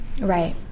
Right